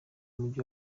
umujyi